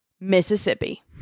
Mississippi